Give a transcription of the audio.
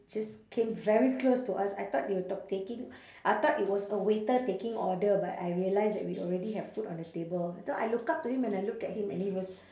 just came very close to us I thought they were talk taking I thought it was a waiter taking order but I realised that we already have food on the table so I look up to him and I look at him and he was